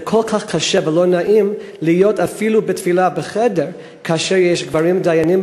כל כך קשה ולא נעים להיות אפילו בטבילה בחדר כאשר יש גברים דיינים,